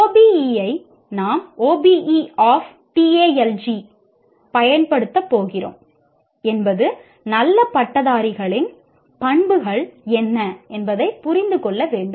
OBE ஐ நாம் OBE of TALG ஐப் பயன்படுத்தப் போகிறோம் என்பது நல்ல பட்டதாரிகளின் பண்புகள் என்ன என்பதைப் புரிந்து கொள்ள வேண்டும்